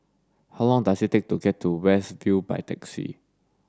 how long does it take to get to West View by taxi